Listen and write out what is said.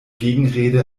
gegenrede